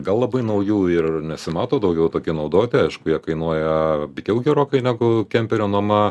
gal labai naujų ir nesimato daugiau tokie naudoti aišku jie kainuoja pigiau gerokai negu kemperio nuoma